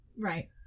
Right